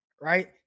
Right